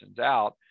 out